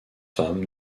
femme